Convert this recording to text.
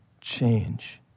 change